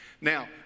Now